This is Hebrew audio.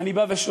אני בא ושואל,